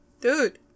dude